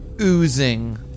oozing